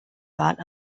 thought